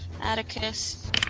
Atticus